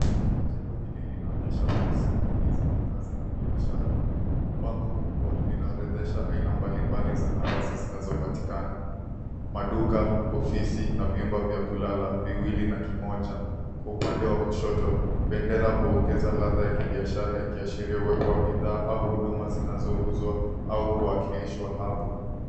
Jengo hili linaonyesha fursa nyingi za makazi na biashara. Bango kubwa linaorodhesha aina mbalimbali za nafasi zinazopatikana, maduka, ofisi na vyumba vya kulala, viwili na kimoja. Kwa upande wa kushoto, bendera huongeza ladha ya kibiashara, ikiashiria uwepo wa bidhaa au huduma zinazouzwa au kuwakilishwa hapo.